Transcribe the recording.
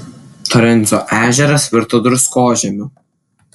torenso ežeras virto druskožemiu